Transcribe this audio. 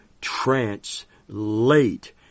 translate